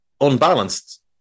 unbalanced